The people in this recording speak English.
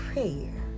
prayer